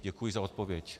Děkuji za odpověď.